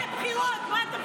בוא נלך לבחירות, מה אתה מפחד?